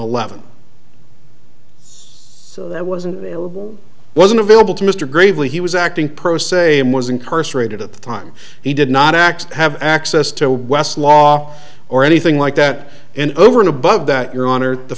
it's so that wasn't wasn't available to mr gravely he was acting pro se and was incarcerated at the time he did not act have access to westlaw or anything like that and over and above that your honor the